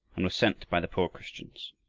and were sent by the poor christians.